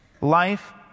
life